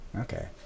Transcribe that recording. Okay